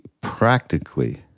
practically